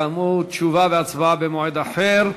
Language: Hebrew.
כאמור, תשובה והצבעה במועד אחר.